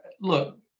look